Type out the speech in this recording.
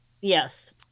yes